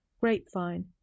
Grapevine